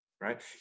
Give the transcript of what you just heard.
Right